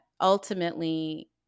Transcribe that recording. ultimately